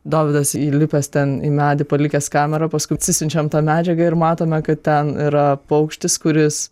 dovydas įlipęs ten į medį palikęs kamerą paskui atsisiunčiam tą medžiagą ir matome kad ten yra paukštis kuris